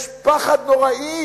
יש פחד נוראי